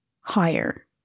higher